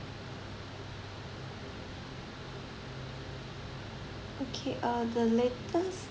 okay uh the latest